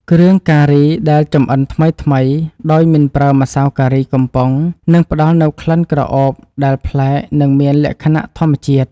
គ្រឿងការីដែលចម្អិនថ្មីៗដោយមិនប្រើម្សៅការីកំប៉ុងនឹងផ្តល់នូវក្លិនក្រអូបដែលប្លែកនិងមានលក្ខណៈធម្មជាតិ។